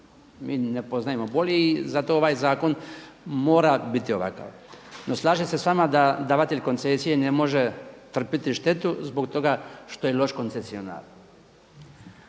Mi ne poznajemo bolji i zato ovaj zakon mora biti ovakav, no slažem se s vama da davatelj koncesije ne može trpjeti štetu zbog toga što je loš koncesionar